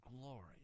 glory